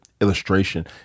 illustration